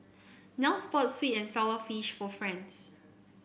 Nels bought sweet and sour fish for Franz